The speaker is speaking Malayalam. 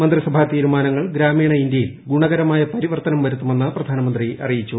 മന്ത്രിസഭാ പ്രതീരുമാനങ്ങൾ ഗ്രാമീണ ഇന്ത്യയിൽ ഗുണകരമായ പരിവർത്തനം വരുത്തുമെന്ന് പ്രധാനമന്ത്രി അറിയിച്ചു